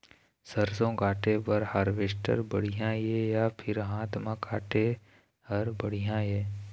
सरसों काटे बर हारवेस्टर बढ़िया हे या फिर हाथ म काटे हर बढ़िया ये?